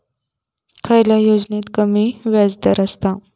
खयल्या योजनेत कमी व्याजदर असता?